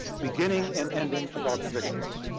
beginning and ending about the victims.